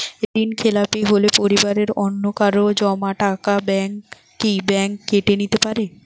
ঋণখেলাপি হলে পরিবারের অন্যকারো জমা টাকা ব্যাঙ্ক কি ব্যাঙ্ক কেটে নিতে পারে?